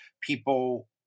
people